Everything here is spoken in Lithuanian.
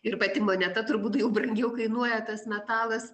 ir pati moneta turbūt brangiau kainuoja tas metalas